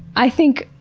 i think,